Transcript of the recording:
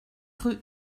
rue